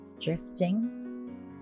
drifting